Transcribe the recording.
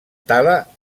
tala